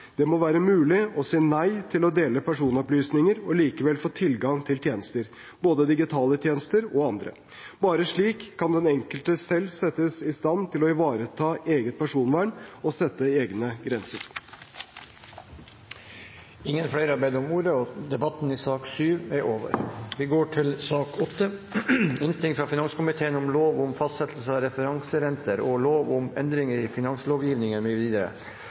Det må være mulig å si nei til å dele personopplysninger og likevel få tilgang til tjenester, både digitale tjenester og andre. Bare slik kan den enkelte selv settes i stand til å ivareta eget personvern og sette egne grenser. Flere har ikke bedt om ordet til sak nr. 7. Proposisjonen omhandler både forslag til lov om fastsettelse av referanserenter og enkelte forslag til lov om endringer i finanslovgivningen,